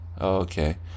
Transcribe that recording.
okay